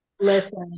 Listen